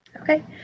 Okay